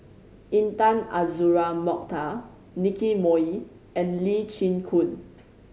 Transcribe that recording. Intan Azura Mokhtar Nicky Moey and Lee Chin Koon